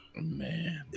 Man